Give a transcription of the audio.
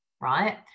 right